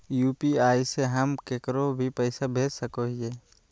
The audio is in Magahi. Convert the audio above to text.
यू.पी.आई से हम केकरो भी पैसा भेज सको हियै?